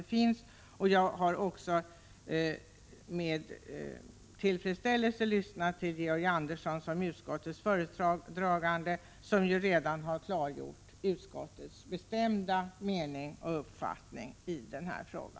Jag har också med tillfredsställelse lyssnat till utskottsordföranden Georg Andersson, som ju redan har klargjort utskottets bestämda uppfattning i denna fråga.